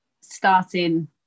starting